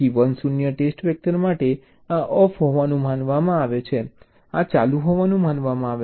તેથી 1 0 test vector માટે આ ઑફ હોવાનું માનવામાં આવે છે આ ચાલુ હોવાનું માનવામાં આવે છે